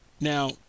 Now